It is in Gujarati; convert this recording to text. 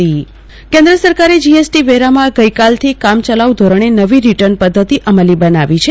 કલ્પના શાહ જીએસટી કેન્દ્ર સરકાર જીએસટીવેરામાં ગઈકાલથી કામચલાઉ ધોરણે નવી રીટર્ન પદ્ધતિ અમલી બનાવી છે